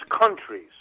countries